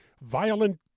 violent